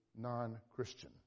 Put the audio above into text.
non-Christian